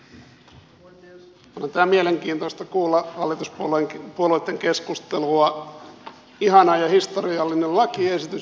onhan tämä mielenkiintoista kuulla hallituspuolueitten keskustelua ihana ja historiallinen lakiesitys joka on huono